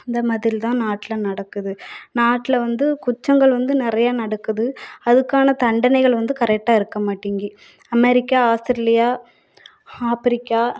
இந்த மாதிரி தான் நாட்டில் நடக்குது நாட்டில் வந்து குற்றங்கள் வந்து நிறையா நடக்குது அதுக்கான தண்டனைகள் வந்து கரெக்டாக இருக்க மாட்டிங்குது அமெரிக்கா ஆஸ்த்ரிலியா ஆப்ரிக்கா